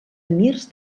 emirs